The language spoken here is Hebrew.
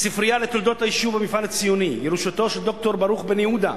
ספרייה לתולדות היישוב והמפעל הציוני ירושתו של ד"ר ברוך בן-יהודה,